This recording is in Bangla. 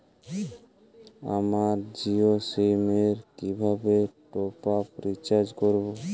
আমার জিও সিম এ কিভাবে টপ আপ রিচার্জ করবো?